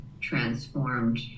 transformed